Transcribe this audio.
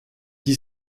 qui